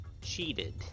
cheated